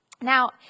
Now